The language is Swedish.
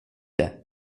det